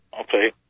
okay